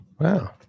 Wow